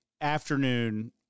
afternoon